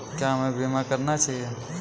क्या हमें बीमा करना चाहिए?